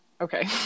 Okay